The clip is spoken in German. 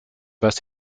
was